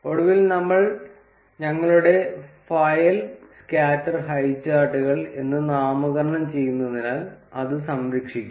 ഒടുവിൽ നമ്മൾ ഞങ്ങളുടെ ഫയൽ സ്കാറ്റർ ഹൈചാർട്ടുകൾ എന്ന് നാമകരണം ചെയ്യുന്നതിനാൽ അത് സംരക്ഷിക്കും